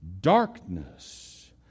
Darkness